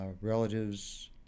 relatives